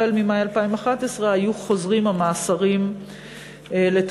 החל ממאי 2013 היו חוזרים המאסרים לתוקפם.